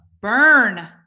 burn